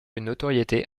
notoriété